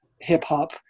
hip-hop